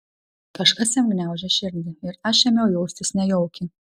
kažkas jam gniaužė širdį ir aš ėmiau jaustis nejaukiai